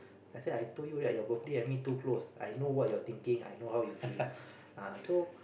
actually I told you right your birthday and me too close I know what you're thinking I know how you feel ah so